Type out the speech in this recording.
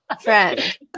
friend